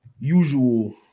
usual